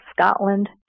Scotland